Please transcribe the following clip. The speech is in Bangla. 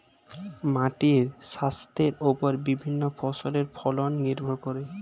মাটির স্বাস্থ্যের ওপর বিভিন্ন ফসলের ফলন নির্ভর করে